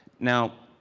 now,